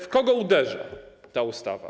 W kogo uderzy ta ustawa?